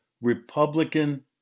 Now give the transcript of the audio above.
Republican